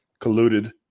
colluded